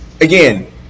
again